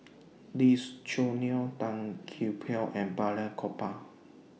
Lee Choo Neo Tan Gee Paw and Balraj Gopal